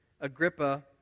Agrippa